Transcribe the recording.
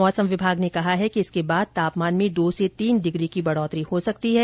मौसम विभाग ने कहा है कि इसके बाद तापमान में दो से तीन डिग्री की बढ़ोतरी हो सकती है